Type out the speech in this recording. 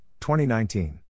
2019